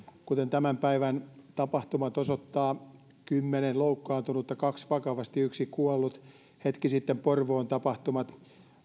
kuten tämän päivän tapahtumat osoittavat kymmenen loukkaantunutta kaksi vakavasti yksi kuollut ja hetki sitten porvoon tapahtumat